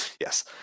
Yes